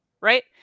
right